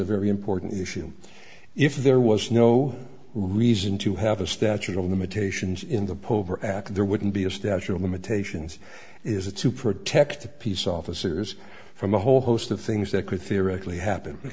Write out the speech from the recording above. a very important issue if there was no reason to have a statute of limitations in the poker act there wouldn't be a statute of limitations is it to protect peace officers from a whole host of things that could theoretically happen